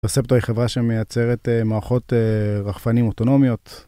בספטו היא חברה שמייצרת מערכות רחפנים אוטונומיות.